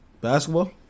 Basketball